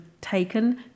taken